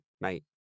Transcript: mate